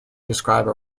describe